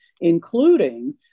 including